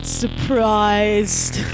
surprised